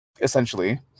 essentially